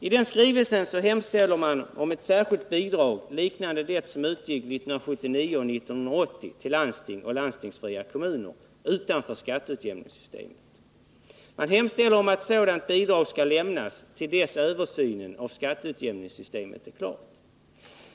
I den skrivelsen hemställer man att ett särskilt bidrag liknande det som utgick 1979 och 1980 till landsting och landstingsfria kommuner utanför skatteutjämningssystemet skall lämnas till dess översynen av skatteutjämningssystemet är klar.